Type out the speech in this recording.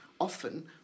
Often